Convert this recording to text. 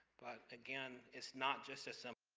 again it's not just as. um